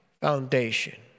foundation